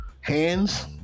hands